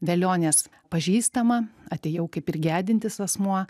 velionės pažįstama atėjau kaip ir gedintis asmuo